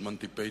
פייתון,